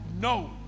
No